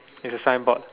it is a signboard